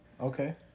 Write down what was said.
Okay